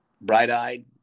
bright-eyed